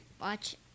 watch